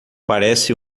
parece